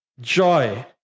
Joy